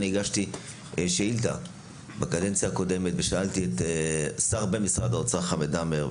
הגשתי שאילתה בקדנציה הקודמת ושאלתי את השר במשרד האוצר חמד עמאר.